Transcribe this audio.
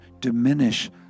diminish